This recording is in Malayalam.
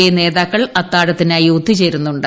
എ നേതാക്കൾ അത്താഴത്തിനായി ഒത്തുചേരുന്നുണ്ട്